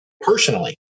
personally